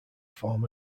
form